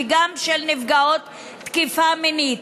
וגם של נפגעות תקיפה מינית.